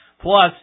Plus